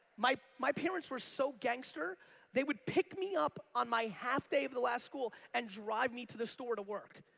my my parents were so gangster they would pick me up on my half day of the last school and drive me to the store to work.